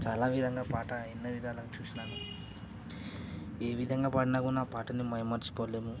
చాలా విధంగా పాట ఎన్నో విధాలుగా చూసిన ఏ విధంగా పాడిన కూడా పాటని మైమర్చిపోలేము